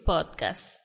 Podcast